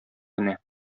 генә